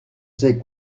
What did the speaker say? ses